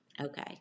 Okay